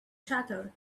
shattered